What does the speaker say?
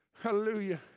Hallelujah